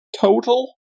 Total